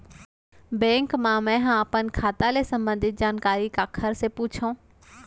Bank मा मैं ह अपन खाता ले संबंधित जानकारी काखर से पूछव?